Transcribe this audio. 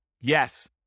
Yes